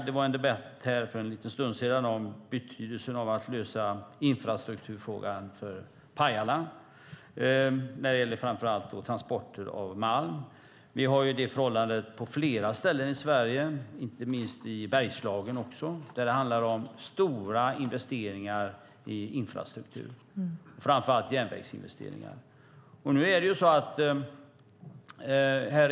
Det var en debatt här för en liten stund sedan om betydelsen av att lösa infrastrukturfrågan för Pajala när det gäller framför allt transporter av malm. Vi har det förhållandet på flera ställen i Sverige, inte minst i Bergslagen där det handlar om stora investeringar i infrastruktur, framför allt järnvägsinvesteringar.